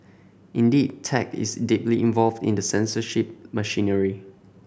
indeed tech is deeply involved in the censorship machinery